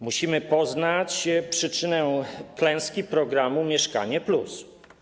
Musimy poznać przyczynę klęski programu „Mieszkanie+”